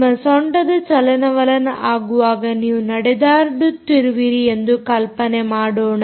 ನಿಮ್ಮ ಸೊಂಟದ ಚಲನವಲನ ಆಗುವಾಗ ನೀವು ನಡೆದಾಡುತ್ತಿರುವಿರಿ ಎಂದು ಕಲ್ಪನೆ ಮಾಡೋಣ